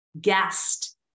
guest